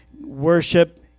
Worship